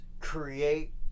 create